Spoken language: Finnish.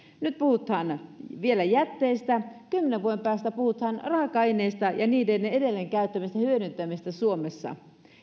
nyt puhutaan vielä jätteistä kymmenen vuoden päästä puhutaan raaka aineista ja niiden edelleen käyttämisestä hyödyntämisestä suomessa